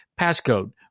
Passcode